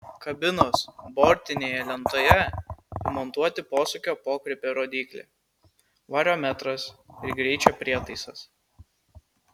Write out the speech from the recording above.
kabinos bortinėje lentoje įmontuoti posūkio pokrypio rodyklė variometras ir greičio prietaisas